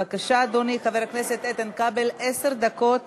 בבקשה, אדוני חבר הכנסת איתן כבל, יש לך עשר דקות